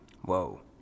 Whoa